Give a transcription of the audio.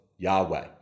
Yahweh